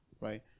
right